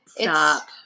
Stop